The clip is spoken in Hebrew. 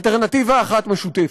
אלטרנטיבה אחת משותפת.